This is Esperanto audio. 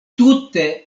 tute